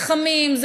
זה חמים,